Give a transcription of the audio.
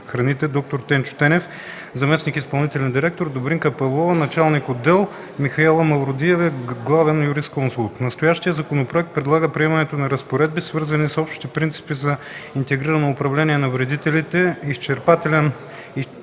Добринка Павлова – началник на отдел, и Михаела Мавродиева – главен юрисконсулт в Дирекция „Правна”. Настоящият законопроект предлага приемането на разпоредби, свързани с общите принципи на интегрирано управление на вредителите; изчерпателен